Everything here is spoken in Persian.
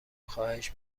خواهش